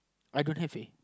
I don't have uh